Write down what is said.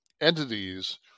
entities